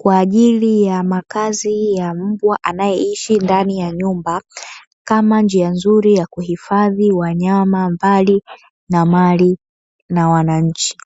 kwa ajili ya makazi ya mbwa anayeishi ndani ya nyumba; kama njia nzuri ya kuhifadhi wanyama mbali na mali na wananchi.